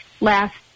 last